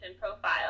profile